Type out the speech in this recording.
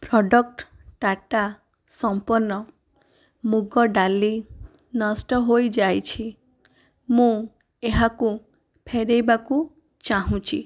product Tata ସମ୍ପନ୍ନ ମୁଗ ଡାଲି ନଷ୍ଟ ହୋଇଯାଇଛି ମୁଁ ଏହାକୁ ଫେରାଇବାକୁ ଚାହୁଁଛି